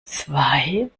zwei